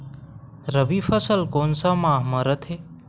रबी फसल कोन सा माह म रथे?